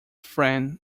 friend